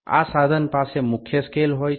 આ સાધન પાસે મુખ્ય સ્કેલ હોય છે